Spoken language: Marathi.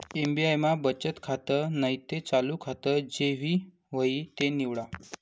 एस.बी.आय मा बचत खातं नैते चालू खातं जे भी व्हयी ते निवाडा